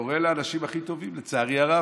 זה קורה לאנשים הכי טובים, לצערי הרב.